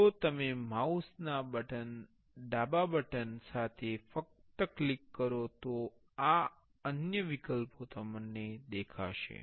જો તમે માઉસ ના ડાબા બટન સાથે ફક્ત ક્લિક કરો તો આ વિકલ્પો દેખાશે